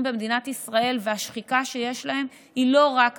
במדינת ישראל והשחיקה שיש להם היא לא רק השכר,